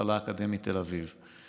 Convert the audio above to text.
במכללה האקדמית תל אביב.